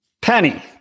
Penny